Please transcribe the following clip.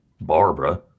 Barbara